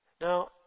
Now